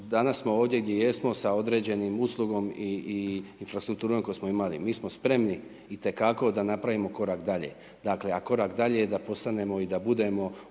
danas smo ovdje gdje jesmo sa određenim uslugom i infrastrukturom koju smo imali. Mi smo spremni itekako da napravimo korak dalje. Dakle, a korak dalje je da postanemo i da budemo